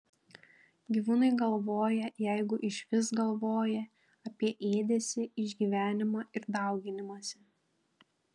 gyvūnai galvoja jeigu išvis galvoja apie ėdesį išgyvenimą ir dauginimąsi